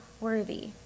worthy